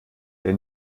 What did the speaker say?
der